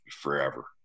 forever